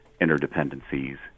interdependencies